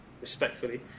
respectfully